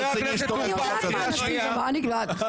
חבר הכנסת טור פז, קריאה שנייה.